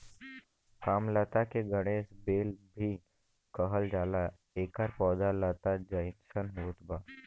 कामलता के गणेश बेल भी कहल जाला एकर पौधा लता जइसन होत बा